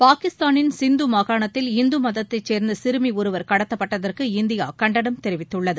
பாகிஸ்தானின் சிந்து மாகாணத்தில் இந்து மதத்தை சேர்ந்த சிறுமி ஒருவர் கடத்தப்பட்டதற்கு இந்தியா கண்டனம் தெரிவித்துள்ளது